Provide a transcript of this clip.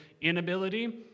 inability